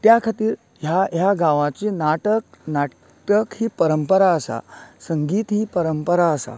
त्या खतीर ह्या ह्या गांवांची नाटक नाटक ही परंपरा आसा संगीत ही परंपरा आसा